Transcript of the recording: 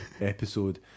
episode